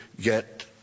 get